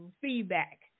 feedback